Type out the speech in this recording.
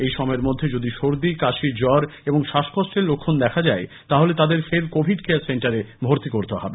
এই সময়ের মধ্যে যদি সর্দি কাশী জ়র এবং শ্বাসকষ্টের লক্ষণ দেখা যায় তাহলে তাদের ফের কোভিড কেয়ার সেন্টারে ভর্তি করতে হবে